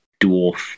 dwarf